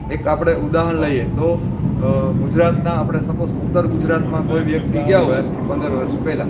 એક આપણે ઉદાહરણ લઈએ તો ગુજરાતનાં આપણે સપોસ ઉત્તર ગુજરાતમાં કોઈ વ્યક્તિ ગઈ હોય આજથી પંદર વર્ષ પહેલાં